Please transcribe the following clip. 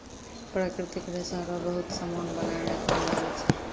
प्राकृतिक रेशा रो बहुत समान बनाय मे काम आबै छै